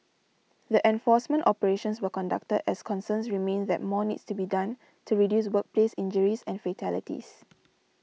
the enforcement operations were conducted as concerns remain that more needs to be done to reduce workplace injuries and fatalities